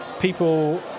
People